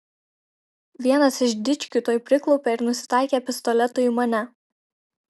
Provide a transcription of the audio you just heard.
vienas iš dičkių tuoj priklaupė ir nusitaikė pistoletu į mane